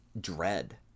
dread